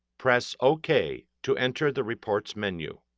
press ok to enter the reports menu.